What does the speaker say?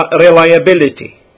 reliability